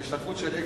והשתתפות של experts,